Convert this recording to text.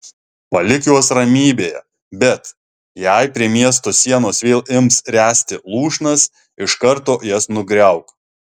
palik juos ramybėje bet jei prie miesto sienos vėl ims ręsti lūšnas iš karto jas nugriauk